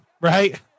right